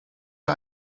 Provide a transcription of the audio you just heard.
wir